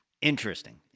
Interesting